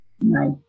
nice